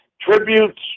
tributes